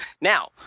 Now